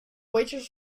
waitress